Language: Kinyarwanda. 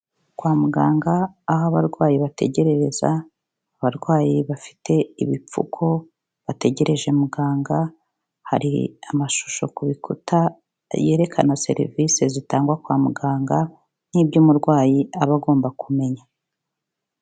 Kwa muganga aho abarwayi bategerereza, abarwayi bafite ibipfuko bategereje muganga. Hari amashusho ku bikuta yerekana serivise zitangwa kwa muganga nk'ibyo umurwayi aba agomba kumenya.